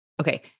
Okay